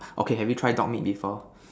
okay have you try dog meat before